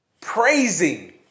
praising